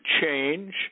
change